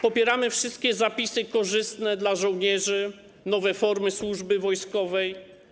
Popieramy wszystkie zapisy korzystne dla żołnierzy, nowe formy służby wojskowej.